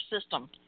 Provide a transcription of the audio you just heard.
system